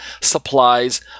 supplies